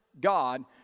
God